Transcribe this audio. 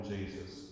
Jesus